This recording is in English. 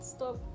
Stop